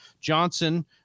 Johnson